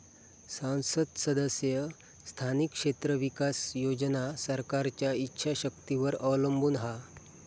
सांसद सदस्य स्थानिक क्षेत्र विकास योजना सरकारच्या ईच्छा शक्तीवर अवलंबून हा